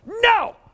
no